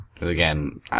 Again